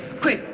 quick,